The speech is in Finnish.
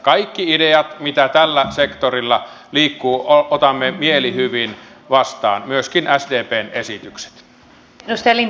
kaikki ideat mitä tällä sektorilla liikkuu otamme mielihyvin vastaan myöskin sdpn esitykset